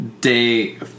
day